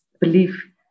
belief